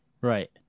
right